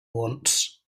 wants